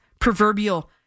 proverbial